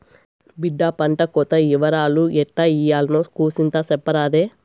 బిడ్డా పంటకోత ఇవరాలు ఎట్టా ఇయ్యాల్నో కూసింత సెప్పరాదే